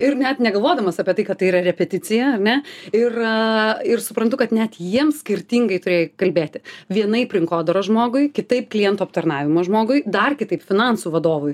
ir net negalvodamas apie tai kad tai yra repeticija ar ne ir ir suprantu kad net jiems skirtingai turėjai kalbėti vienaip rinkodaros žmogui kitaip klientų aptarnavimo žmogui dar kitaip finansų vadovui